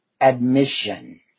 Admission